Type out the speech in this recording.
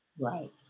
Right